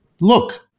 Look